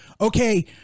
okay